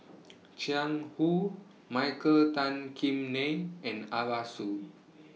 Jiang Hu Michael Tan Kim Nei and Arasu